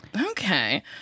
Okay